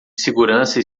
segurança